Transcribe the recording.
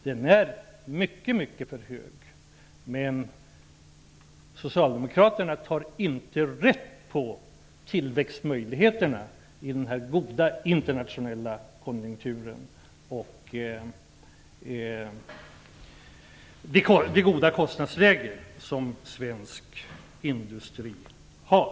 Den är mycket för hög, men socialdemokraterna tar inte vara på tillväxtmöjligheterna i den goda internationella konjunkturen och inte heller det goda kostnadsläge som svensk industri har.